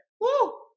woo